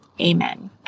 Amen